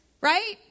right